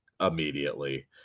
immediately